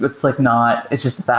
it's like not it's just